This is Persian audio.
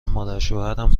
مادرشوهرم